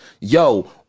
yo